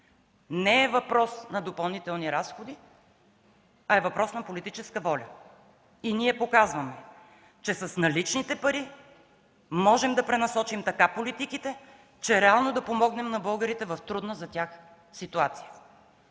Не е въпрос на допълнителни разходи, а е въпрос на политическа воля и ние показваме, че с наличните пари можем да пренасочим така политиките, че реално да помогнем на българите в трудна за тях ситуация.